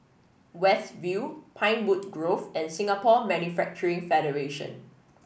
West View Pinewood Grove and Singapore Manufacturing Federation